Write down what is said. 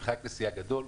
מרחק נסיעה גדול,